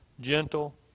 Gentle